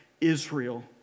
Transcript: Israel